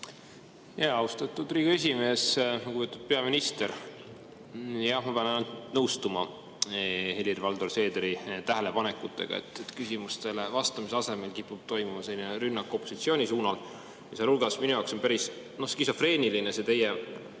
palun! Austatud Riigikogu esimees! Lugupeetud peaminister! Jah, ma pean ainult nõustuma Helir-Valdor Seederi tähelepanekutega, et küsimustele vastamise asemel kipub toimuma rünnak opositsiooni suunal. Sealhulgas minu jaoks on päris skisofreeniline see teie